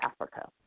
Africa